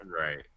right